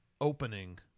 opening